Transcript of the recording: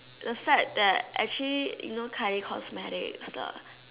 the fact that actually you know Kylie cosmetics the